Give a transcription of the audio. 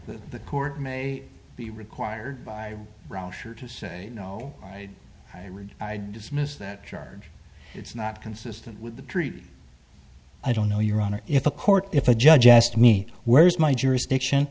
the court may be required by rusher to say no i i read i dismiss that charge it's not consistent with a treat i don't know your honor if a court if a judge asked me where is my jurisdiction